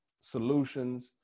solutions